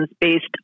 based